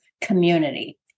community